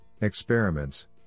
experiments